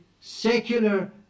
secular